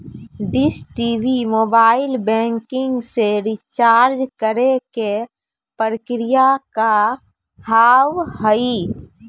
Dish TV mobile banking से recharge करे के प्रक्रिया का हाव हई?